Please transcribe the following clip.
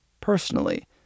personally